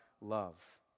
love